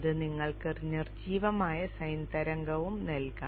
അതിനാൽ നിങ്ങൾക്ക് നിർജ്ജീവമായ സൈൻ തരംഗവും നൽകാം